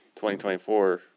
2024